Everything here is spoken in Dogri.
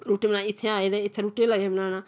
रुट्टी बनाई इत्थें आए ते इत्थें रुट्टी लगे बनाना